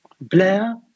Blair